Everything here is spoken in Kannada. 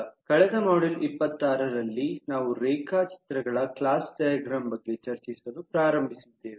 ಕಳೆದ ಮಾಡ್ಯೂಲ್ 26 ರಲ್ಲಿ ನಾವು ರೇಖಾಚಿತ್ರಗಳ ಕ್ಲಾಸ್ ಡೈಗ್ರಾಮ್ ಬಗ್ಗೆ ಚರ್ಚಿಸಲು ಪ್ರಾರಂಭಿಸಿದ್ದೇವೆ